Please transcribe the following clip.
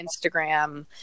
Instagram